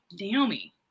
Naomi